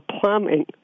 plumbing